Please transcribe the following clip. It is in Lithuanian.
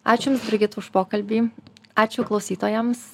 ačiū jums brigita už pokalbį ačiū klausytojams